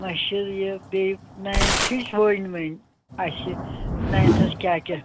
اسہِ چھِ یہِ بیٚیہِ نایِنتھٕچۍ وۄنۍ وۄنۍ اسہِ چھِ نایِنتھَس کیٛاہ کیٛاہ